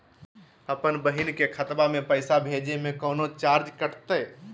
अपन बहिन के खतवा में पैसा भेजे में कौनो चार्जो कटतई?